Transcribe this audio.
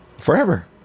Forever